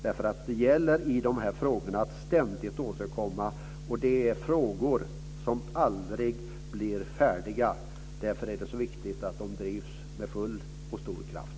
Det gäller att ständigt återkomma. Det är frågor som aldrig blir färdiga. Därför är det viktigt att de drivs med full kraft.